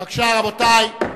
בבקשה, רבותי.